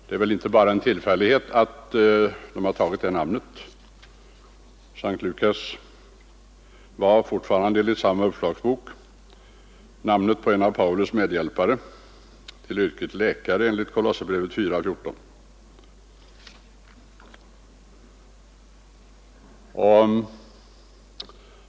Det är väl inte bara en tillfällighet att stiftelsen har tagit det namnet. S:t Lukas var — fortfarande enligt samma uppslagsbok — namnet på en av Pauli medhjälpare, till yrket läkare enligt Kolosserbrevet 4:14.